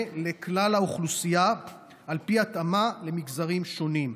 לכלל האוכלוסייה על פי התאמה למגזרים שונים.